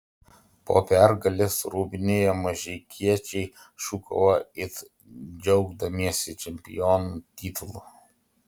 po pergalės rūbinėje mažeikiečiai šūkavo it džiaugdamiesi čempionų titulu